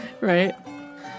Right